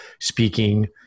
speaking